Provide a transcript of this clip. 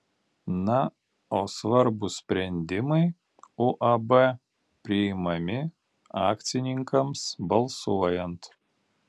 na o svarbūs sprendimai uab priimami akcininkams balsuojant